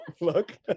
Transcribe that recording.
look